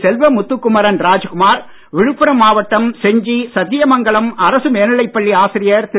செல்வ முத்துக்குமரன் ராஜ்குமார் விழுப்புரம் மாவட்டம் செஞ்சி சத்தியமங்கலம் அரசு மேல்நிலைப் பள்ளி ஆசிரியர் திரு